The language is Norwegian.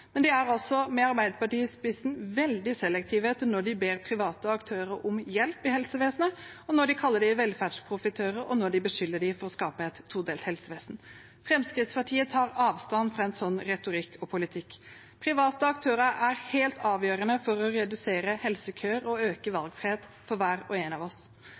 men de er – med Arbeiderpartiet i spissen – veldig selektive med hensyn til når de ber private aktører om hjelp i helsevesenet, når de kaller dem velferdsprofitører, og når de beskylder dem for å skape et todelt helsevesen. Fremskrittspartiet tar avstand fra en sånn retorikk og politikk. Private aktører er helt avgjørende for å redusere helsekøer og øke valgfriheten for hver og en av oss.